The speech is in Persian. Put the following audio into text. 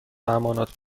امانات